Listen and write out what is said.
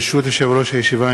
ברשות יושב-ראש הישיבה,